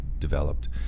developed